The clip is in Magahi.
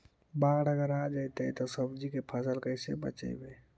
बाढ़ अगर आ जैतै त सब्जी के फ़सल के कैसे बचइबै?